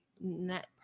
net